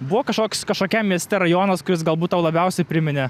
buvo kažkoks kažkokiam mieste rajonas kuris galbūt tau labiausiai priminė